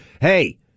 hey